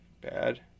bad